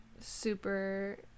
super